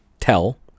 tell—